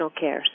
care